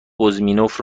بزمینوف